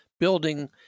Building